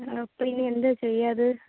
അപ്പം ഇനി എന്താ ചെയ്യുക അത്